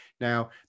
Now